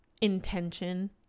intention